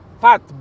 Fat